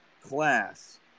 class